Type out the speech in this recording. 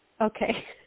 Okay